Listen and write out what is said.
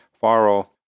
faro